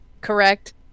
correct